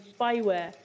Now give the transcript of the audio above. spyware